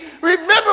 Remember